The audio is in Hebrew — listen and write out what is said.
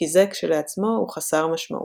כי זה כשלעצמו הוא חסר משמעות.